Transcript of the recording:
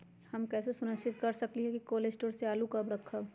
हम कैसे सुनिश्चित कर सकली ह कि कोल शटोर से आलू कब रखब?